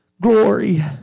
glory